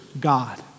God